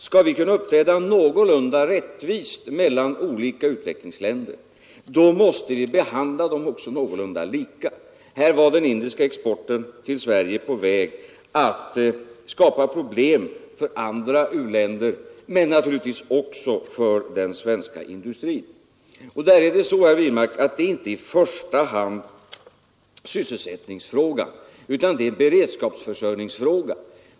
Skall vi kunna uppträda någorlunda rättvist mot olika utvecklingsländer måste vi också behandla dem någorlunda lika. Den indiska exporten till Sverige var på väg att skapa problem för andra u-länder men naturligtvis också för den svenska industrin. Det är inte i första hand sysselsättningsfrågan det gäller utan beredskapsförsörjningsfrågan.